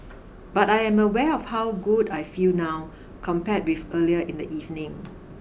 but I am aware of how good I feel now compared with earlier in the evening